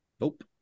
Nope